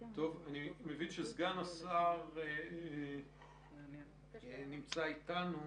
--- אני מבין שסגן השר נמצא אתנו